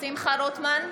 שמחה רוטמן,